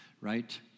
right